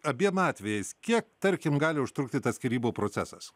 abiem atvejais kiek tarkim gali užtrukti tas skyrybų procesas